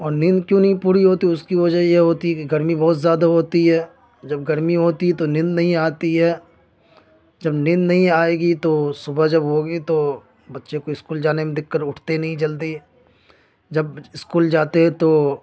اور نیند کیوں نہیں پوری ہوتی ہے اس کی وجہ یہ ہوتی ہے گرمی بہت زیادہ ہوتی ہے جب گرمی ہوتی ہے تو نیند نہیں آتی ہے جب نیند نہیں آئے گی تو صبح جب ہوگی تو بچے کو اسکول جانے میں دِقّت اٹھتے نہیں جلدی جب اسکول جاتے ہیں تو